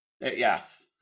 Yes